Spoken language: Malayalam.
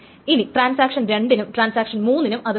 ഇനി ട്രാൻസാക്ഷൻ 2 നും ട്രാൻസാക്ഷൻ 3 നും അതു വേണം